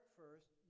first